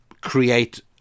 create